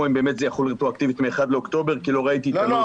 כי לא ראיתי את הנוסח,